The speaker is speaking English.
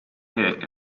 hit